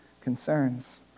concerns